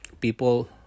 people